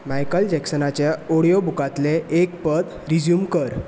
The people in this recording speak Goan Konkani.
मायकल जॅकसनाच्या ऑडीयो बुकांतलें एक पद रेझ्युम कर